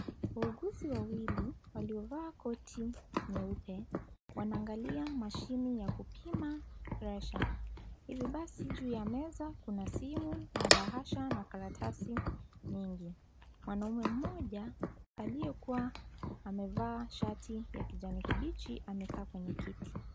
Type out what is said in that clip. Wauguzi wawili waaliovaa koti nyeupe wanaangalia mashini ya kupima presha. Hivi basi juu ya meza kuna simu na bahasha na karatasi mingi. Mwanamme mmoja aliyekuwa amevaa shati ya kijani kibichi amekaa kwenye kiti.